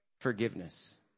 forgiveness